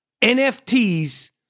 NFTs